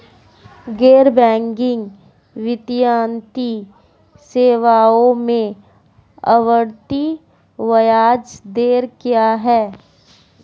गैर बैंकिंग वित्तीय सेवाओं में आवर्ती ब्याज दर क्या है?